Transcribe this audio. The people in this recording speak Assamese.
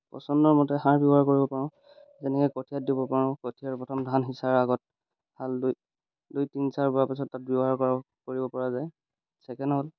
পচন্দৰমতে সাৰ ব্যৱহাৰ কৰিব পাৰোঁ যেনেকৈ কঠিয়াত দিব পাৰোঁ কঠিয়াৰ প্ৰথম ধান সিঁচাৰ আগত ভাল দুই দুই তিনি চাৰিবাৰ পাছত তাত ব্যৱহাৰ কৰা কৰিব পৰা যায় ছেকেণ্ড হ'ল